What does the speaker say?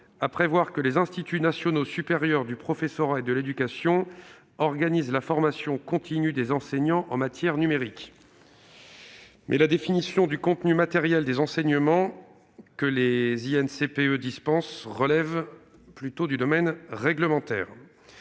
à prévoir que les Instituts nationaux supérieurs du professorat et de l'éducation (Inspé) organisent la formation continue des enseignants en matière numérique. En effet, la définition du contenu matériel des enseignements que les Inspé dispensent relève plutôt du domaine réglementaire.